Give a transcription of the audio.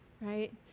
right